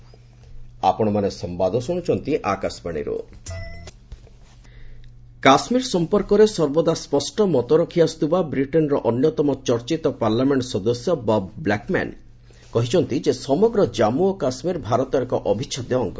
UK MP Kashmir Kashmir ସଂପର୍କରେ ସର୍ବଦା ସ୍ୱଷ୍ଟ ମତ ରଖିଆସ୍ତଥିବା ବ୍ରିଟେନର ଅନ୍ୟତମ ଚର୍ଚ୍ଚିତ ପାର୍ଲାମେଣ୍ଟ ସଦସ୍ୟ ବବ୍ ବ୍ଲାକ୍ମ୍ୟାନ୍ କହିଛନ୍ତି ଯେ ସମଗ୍ର ଜାମ୍ମୁ ଓ କାଶ୍ୱୀର ଭାରତର ଏକ ଅବିଚ୍ଛେଦ୍ୟ ଅଙ୍ଗ